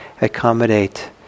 accommodate